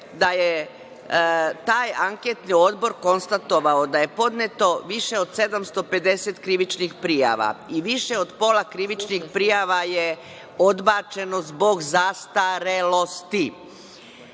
da je taj Anketni odbor konstatovao da je podneto više od 750 krivičnih prijava. Više od pola krivičnih prijava je odbačeno zbog zastarelosti.